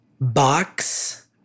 Box